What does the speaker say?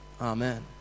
Amen